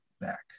back